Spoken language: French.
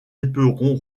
éperon